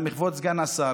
גם מכבוד סגן השר,